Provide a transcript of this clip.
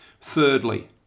Thirdly